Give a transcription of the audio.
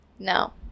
No